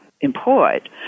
employed